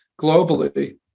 globally